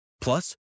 Plus